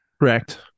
correct